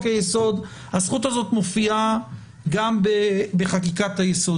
היסוד הזכות הזאת מופיעה גם בחקיקת היסוד.